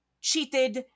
cheated